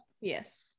yes